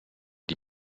die